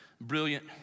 brilliant